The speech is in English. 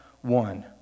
one